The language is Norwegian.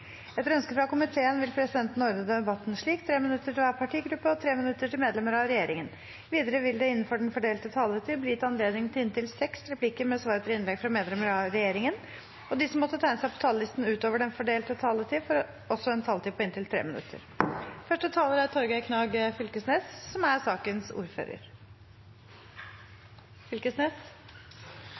slik: 3 minutter til hver partigruppe og 3 minutter til medlemmer av regjeringen. Videre vil det – innenfor den fordelte taletid – bli gitt anledning til inntil seks replikker med svar etter innlegg fra medlemmer av regjeringen, og de som måtte tegne seg på talerlisten utover den fordelte taletiden, får en taletid på inntil 3 minutter. Denne saka handlar om at regjeringa ønskjer å avvikle ei lov, omstillingslova. Omstillingslova har i all hovudsak følgjande innretning: Dersom det er